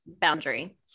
boundary